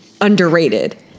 underrated